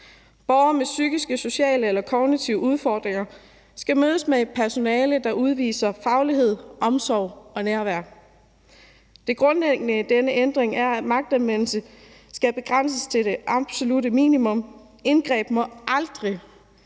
Borgere med psykiske, sociale eller kognitive udfordringer skal mødes af et personale, der udviser faglighed, omsorg og nærvær. Det grundlæggende i denne ændring er, at magtanvendelse skal begrænses til det absolutte minimum, indgreb må aldrig